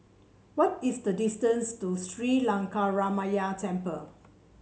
what is the distance to Sri Lankaramaya Temple